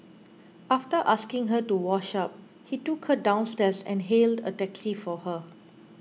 after asking her to wash up he took her downstairs and hailed a taxi for her